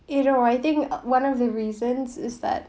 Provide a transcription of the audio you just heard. you know I think one of the reasons is that